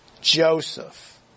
Joseph